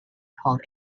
called